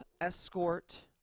escort